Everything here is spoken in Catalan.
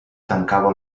tancava